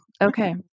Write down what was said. Okay